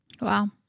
Wow